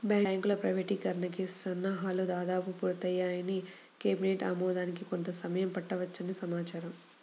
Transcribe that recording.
బ్యాంకుల ప్రైవేటీకరణకి సన్నాహాలు దాదాపు పూర్తయ్యాయని, కేబినెట్ ఆమోదానికి కొంత సమయం పట్టవచ్చని సమాచారం